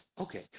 Okay